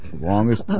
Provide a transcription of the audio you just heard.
Longest